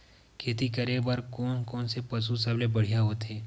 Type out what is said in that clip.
खेती करे बर कोन से पशु सबले बढ़िया होथे?